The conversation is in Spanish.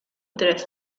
tres